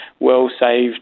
well-saved